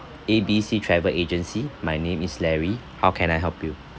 A B C travel agency my name is larry how can I help you